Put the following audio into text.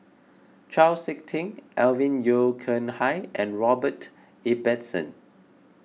Chau Sik Ting Alvin Yeo Khirn Hai and Robert Ibbetson